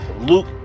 Luke